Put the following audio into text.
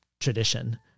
tradition